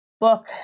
book